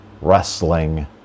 wrestling